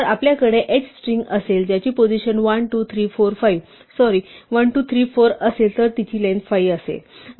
जर आपल्याकडे h string असेल ज्याची पोझिशन 1 2 3 4 5 सॉरी 1 2 3 4 असेल तर तीची लेंग्थ 5 असेल